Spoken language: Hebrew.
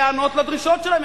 להיענות לדרישות שלהם.